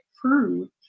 prove